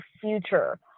future